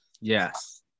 Yes